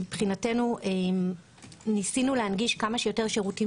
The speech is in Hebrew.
מבחינתנו ניסינו להנגיש כמה שיותר שירותים